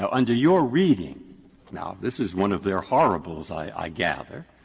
now, under your reading now, this is one of their horribles, i gather,